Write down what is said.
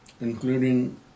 including